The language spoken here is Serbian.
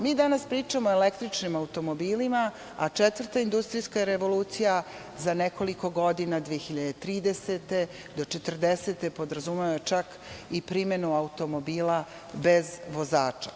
Mi danas pričamo o električnim automobilima, a četvrta industrijska revolucija za nekoliko godina, 2030. do 2040. godine podrazumeva i primenu automobila bez vozača.